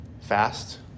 fast